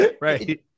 Right